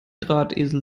drahtesel